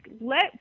let